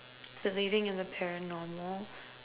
believing in the paranormal